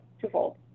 twofold